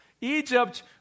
Egypt